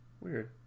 Weird